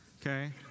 okay